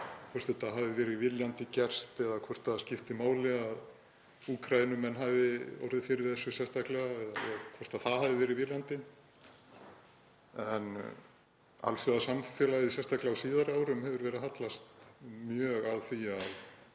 hvort þetta hafi verið viljandi gert eða hvort það skipti máli að Úkraínumenn hafi orðið fyrir þessu sérstaklega, hvort það hafi verið viljandi. Alþjóðasamfélagið, sérstaklega á síðari árum, hefur verið að hallast mjög að því að